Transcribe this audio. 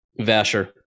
Vasher